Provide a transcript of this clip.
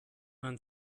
man